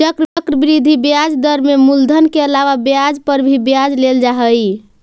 चक्रवृद्धि ब्याज दर में मूलधन के अलावा ब्याज पर भी ब्याज लेल जा हई